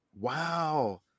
wow